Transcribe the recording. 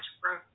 growth